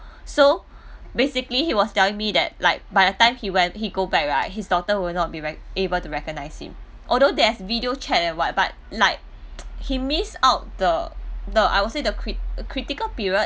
so basically he was telling me that like by the time he wen~ he go back right his daughter will not be re~ able to recognize him although there's video chat and what but like he miss out the the I will say the cri~ critical period